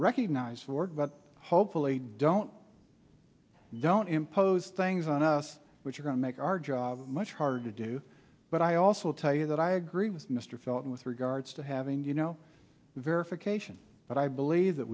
recognize work but hopefully don't don't impose things on us which are going to make our job much harder to do but i also tell you that i agree with mr felt with regards to having you know verification but i believe that